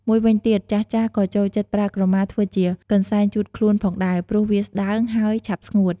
មួយវិញទៀត ចាស់ៗក៏ចូលចិត្តប្រើក្រមាធ្វើជាកន្សែងជូតខ្លួនផងដែរ ព្រោះវាស្ដើង ហើយឆាប់ស្ងួត។